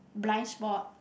blind spot